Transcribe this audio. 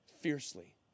fiercely